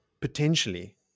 potentially